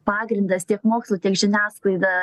pagrindas tiek mokslu tiek žiniasklaida